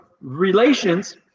relations